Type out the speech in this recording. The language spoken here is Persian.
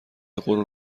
غرور